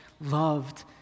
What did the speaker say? loved